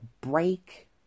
break